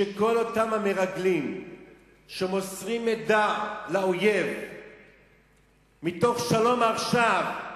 שכל אותם המרגלים שמוסרים מידע לאויב מתוך "שלום עכשיו",